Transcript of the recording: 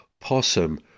Possum